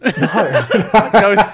No